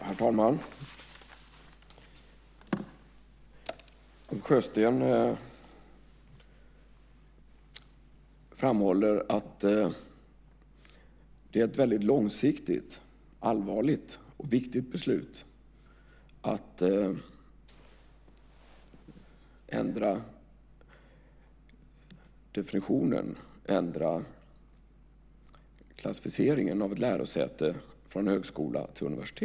Herr talman! Ulf Sjösten framhåller att det är ett långsiktigt, allvarligt och viktigt beslut att ändra definitionen, ändra klassificeringen, av ett lärosäte från högskola till universitet.